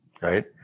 right